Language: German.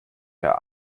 der